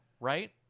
Right